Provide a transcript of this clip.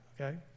okay